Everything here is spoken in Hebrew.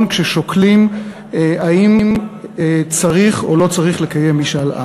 כששוקלים אם צריך או לא צריך לקיים משאל עם.